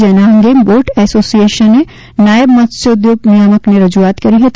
જેના અંગે બોટ એસોસીએશને નાયબ મત્સ્યોઘોગ નિયામકને રજૂઆત કરી હતી